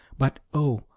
but oh,